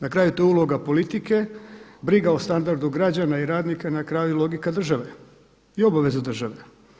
Na kraju je to uloga politike, briga o standardu građana i radnika, na kraju i logika države i obaveza države.